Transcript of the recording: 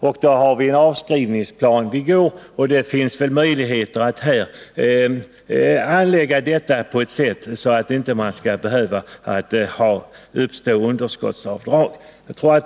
Vi har även en avskrivningsplan, och det finns väl möjligheter att handlägga detta på ett sådant sätt att det inte skall behöva uppstå underskottsavdrag.